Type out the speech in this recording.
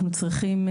אנחנו צריכים,